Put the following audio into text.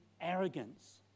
arrogance